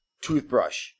toothbrush